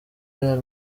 real